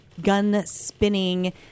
gun-spinning